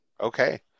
Okay